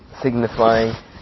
signifying